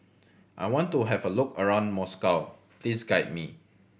I want to have a look around Moscow please guide me